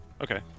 Okay